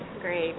Great